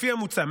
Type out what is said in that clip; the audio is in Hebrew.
לפי המוצע,